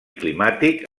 climàtic